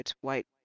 white